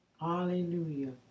Hallelujah